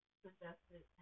suggested